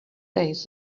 days